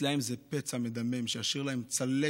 אצלם זה פצע מדמם שישאיר להם צלקת